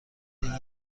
این